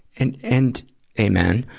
and, and amen.